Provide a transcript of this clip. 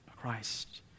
Christ